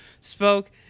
spoke